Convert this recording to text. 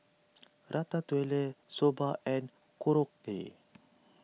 Ratatouille Soba and Korokke